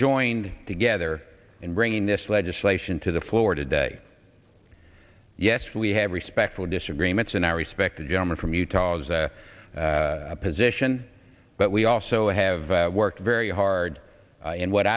joined together in bringing this legislation to the floor today yes we have respectful disagreements and i respect the gentleman from utah as a position but we also have worked very hard and what